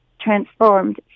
transformed